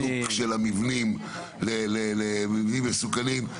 חיזוק מבנים מסוכנים.